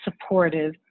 supportive